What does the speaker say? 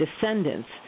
descendants